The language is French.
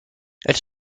elle